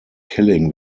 killing